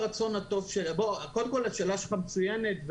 השאלה שלך מצוינת.